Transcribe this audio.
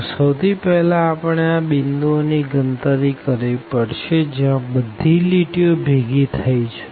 તો સૌથી પેહલા આપણે આ પોઈન્ટઓ ની ગણતરી કરવી પડશે જ્યાં આ બધી લાઈનઓ ભેગી થઇ છે